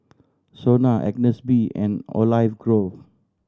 SONA Agnes B and Olive Grove